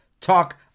talk